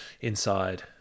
inside